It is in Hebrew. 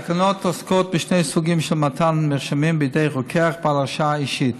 התקנות עוסקות במתן שני סוגים מרשמים בידי רוקח בעל הרשאה אישית: